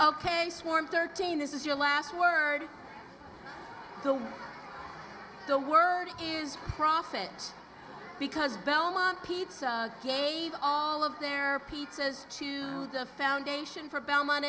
a swarm thirteen is your last word the word is profits because belmont pizza gave all of their pizzas to the foundation for belmont